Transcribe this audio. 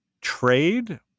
trade